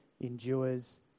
endures